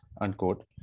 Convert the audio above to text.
unquote